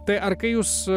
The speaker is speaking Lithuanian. tai ar kai jūs